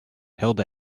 held